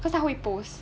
不他会 post both